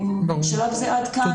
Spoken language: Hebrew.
בשלב זה, עד כאן.